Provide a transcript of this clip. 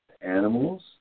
Animals